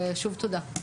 תודה.